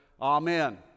Amen